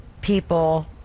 people